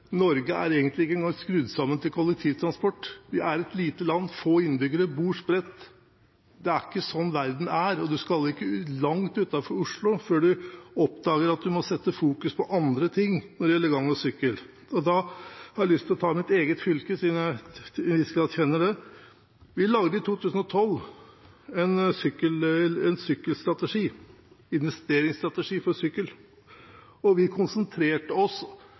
Norge er egentlig ikke engang skrudd sammen for kollektivtransport. Vi er et lite land med få innbyggere, og vi bor spredt. Det er ikke sånn verden er, og man skal ikke langt utenfor Oslo før man oppdager at man må fokusere på andre ting når det gjelder gang og sykkel. Da har jeg lyst å ta mitt eget fylke, siden jeg kjenner det: Vi laget i 2012 en sykkelstrategi, en investeringsstrategi for sykkel, og vi konsentrerte oss